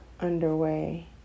underway